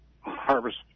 harvest